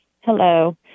Hello